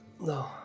No